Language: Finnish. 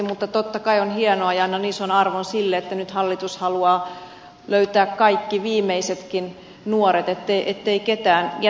mutta totta kai on hienoa ja annan ison arvon sille että nyt hallitus haluaa löytää kaikki viimeisetkin nuoret ettei ketään jätettäisi